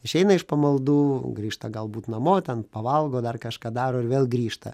išeina iš pamaldų grįžta galbūt namo ten pavalgo dar kažką daro ir vėl grįžta